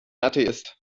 atheist